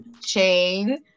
chain